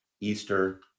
Easter